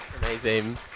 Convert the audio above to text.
Amazing